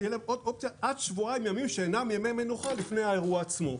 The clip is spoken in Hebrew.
עד שבועיים ימים שאינם ימי מנוחה לפני האירוע עצמו.